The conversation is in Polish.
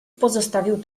pozostawił